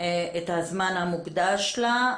את הזמן המוקדש לה.